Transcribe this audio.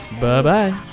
bye-bye